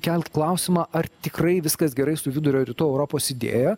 kelt klausimą ar tikrai viskas gerai su vidurio rytų europos idėja